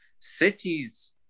Cities